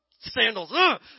sandals